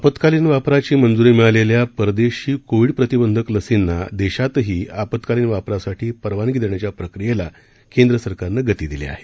आपत्कालीन वापराची मंजूरी मिळालेल्या परदेशी कोविड प्रतिबंधक लसींना देशातही आपत्कालीन वापरासाठी परवानगी देण्याच्या प्रक्रियेला केंद्र सरकारनं गती दिली आहे